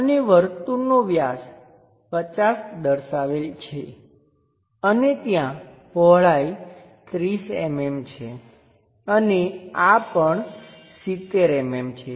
અને વર્તુળનો વ્યાસ 50 દર્શાવેલ છે અને ત્યાં પહોળાઈ 30 mm છે અને આ પણ 70 mm છે